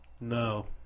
No